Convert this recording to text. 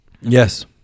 Yes